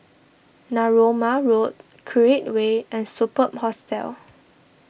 Narooma Road Create Way and Superb Hostel